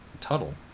tuttle